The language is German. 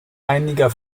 einiger